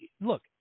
look